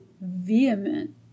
vehement